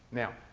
now,